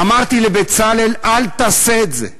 אמרתי לבצלאל: אל תעשה את זה.